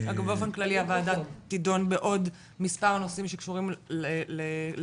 באופן כללי הועדה תידון בעוד מספר הנושאים שקשורים לקהילת